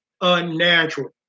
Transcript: unnatural